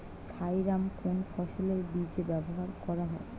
Thiram কোন ফসলের বীজে ব্যবহার করা হয়?